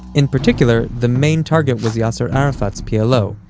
in particular, the main target was yasser arafat's plo,